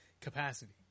capacity